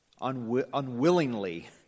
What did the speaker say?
unwillingly